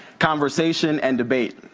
conversation and debate.